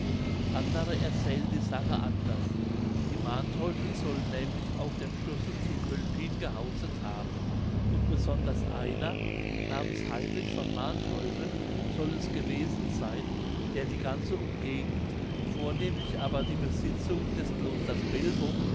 andere erzählen die sache anders die manteuffel sollen nämlich auf dem schlosse zu cölpin gehauset haben und besonders einer namens heinrich von manteuffel soll es gewesen sein der die ganze umgegend vornehmlich aber die besitzungen des klosters belbog